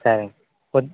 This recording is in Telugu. సరే పో